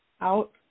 out